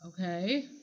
Okay